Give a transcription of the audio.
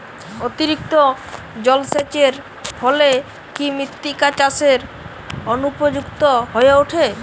অতিরিক্ত জলসেচের ফলে কি মৃত্তিকা চাষের অনুপযুক্ত হয়ে ওঠে?